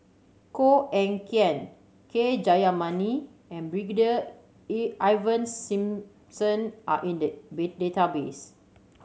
Koh Eng Kian K Jayamani and Brigadier Ivan Simson are in the database